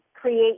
create